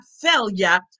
failure